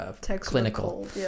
Clinical